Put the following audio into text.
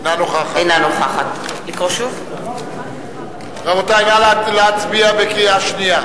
אינה נוכחת רבותי, נא להצביע בקריאה שנייה.